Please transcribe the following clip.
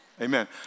Amen